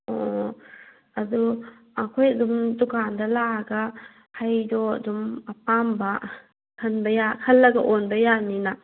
ꯑꯣ ꯑꯗꯨ ꯑꯩꯈꯣꯏ ꯑꯗꯨꯝ ꯗꯨꯀꯥꯟꯗ ꯂꯥꯛꯑꯒ ꯍꯩꯗꯣ ꯑꯗꯨꯝ ꯑꯄꯥꯝꯕ ꯈꯟꯕ ꯈꯟꯂꯒ ꯑꯣꯟꯕ ꯌꯥꯒꯅꯤꯅ